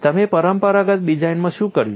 તમે પરંપરાગત ડિઝાઇનમાં શું કર્યું છે